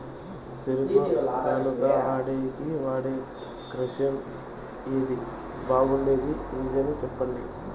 చెరుకు గానుగ ఆడేకి వాడే క్రషర్ ఏది బాగుండేది ఇంజను చెప్పండి?